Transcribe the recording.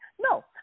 No